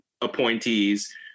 appointees